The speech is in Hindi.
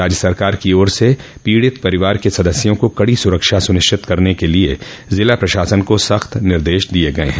राज्य सरकार की ओर से पीड़ित परिवार के सदस्यों को कड़ी सुरक्षा सुनिश्चित करने के लिए जिला प्रशासन को सख्त निर्देश दिये गये हैं